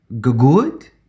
Good